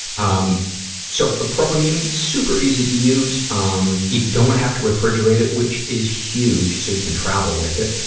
um so, probimune, super easy to use. um you don't have to refrigerate it, which is huge so you can travel with it.